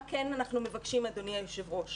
מה אנחנו מבקשים, אדוני היושב-ראש?